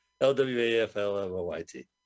L-W-A-F-L-M-O-Y-T